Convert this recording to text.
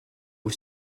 aux